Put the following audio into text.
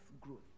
growth